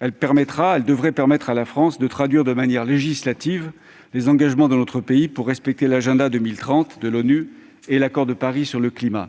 texte devrait permettre à la France de traduire de manière législative les engagements pris par notre pays pour respecter l'agenda 2030 de l'ONU et l'Accord de Paris sur le climat.